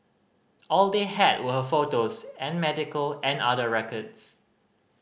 all they had were her photos and medical and other records